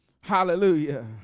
hallelujah